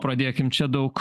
pradėkim čia daug